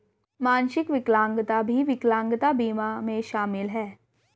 मानसिक विकलांगता भी विकलांगता बीमा में शामिल हैं